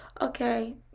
Okay